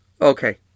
Okay